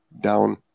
down